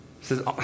says